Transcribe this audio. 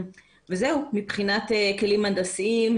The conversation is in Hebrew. מבחינת כלים הנדסיים,